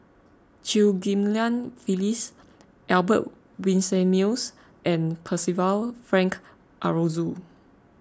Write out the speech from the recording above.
Chew Ghim Lian Phyllis Albert Winsemius and Percival Frank Aroozoo